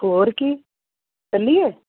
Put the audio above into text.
ਹੋਰ ਕੀ ਚੱਲੀਏ